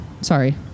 sorry